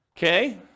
Okay